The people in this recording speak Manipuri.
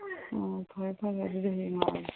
ꯑꯣ ꯐꯔꯦ ꯐꯔꯦ ꯑꯗꯨꯒꯤ ꯍꯌꯦꯡ ꯂꯥꯛꯑꯒꯦ